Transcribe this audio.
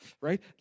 right